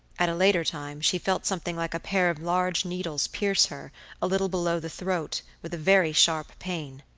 at a later time, she felt something like a pair of large needles pierce her, a little below the throat, with a very sharp pain.